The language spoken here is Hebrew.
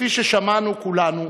כפי ששמענו כולנו,